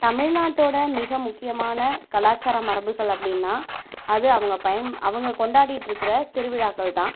தமிழ்நாட்டோட மிக முக்கியமான கலாச்சார மரபுகள் அப்படின்னா அது அவங்க பய அவங்க கொண்டாடிகிட்ருக்கற திருவிழாக்கள் தான்